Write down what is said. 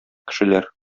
кешеләр